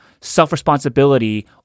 self-responsibility